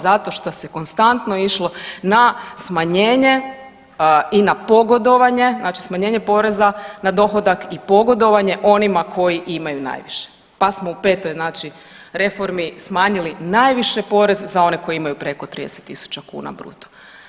Zato što se konstantno išlo na smanjenje i na pogodovanje, znači smanjenje poreza na dohodak i pogodovanje onima koji imaju najviše pa smo u petoj, znači reformi smanjili najviše porez za one koji imaju preko 30 000 kuna bruto.